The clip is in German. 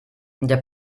der